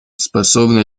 способна